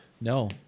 No